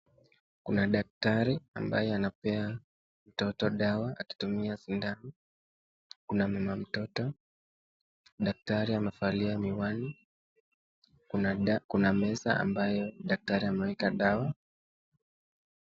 Kuna daktari ambaye anapea mtoto dawa akitumia sindano. Kuna mama mtoto. Daktari amevalia miwani. Kuna meza ambayo daktari ameweka dawa.